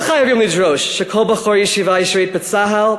לא חייבים לדרוש שכל בחור ישיבה ישרת בצה"ל,